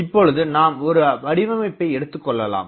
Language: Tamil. இப்பொழுது நாம் ஒரு வடிவமைப்பை எடுத்துக்கொள்ளலாம்